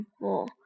more